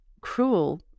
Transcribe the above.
cruel